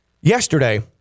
yesterday